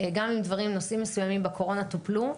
גם אם נושאים מסוימים בקורונה טופלו,